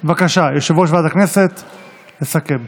בבקשה, יושב-ראש ועדת הכנסת יסכם,